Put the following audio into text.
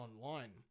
online